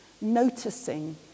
noticing